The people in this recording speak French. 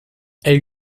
elle